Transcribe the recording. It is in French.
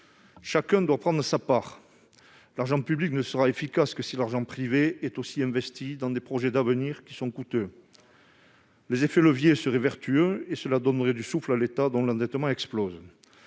Chacun doit prendre sa part. L'argent public ne sera efficace que si l'argent privé est aussi investi dans des projets d'avenir, qui sont par ailleurs coûteux. Les effets de levier seraient vertueux et cela donnerait du souffle à l'État, dont l'endettement explose.